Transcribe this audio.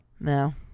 no